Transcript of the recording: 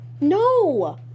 No